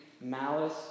malice